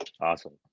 Awesome